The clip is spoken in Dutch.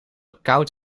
koud